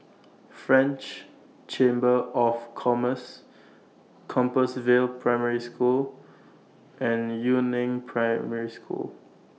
French Chamber of Commerce Compassvale Primary School and Yu Neng Primary School